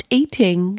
eating